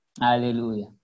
Hallelujah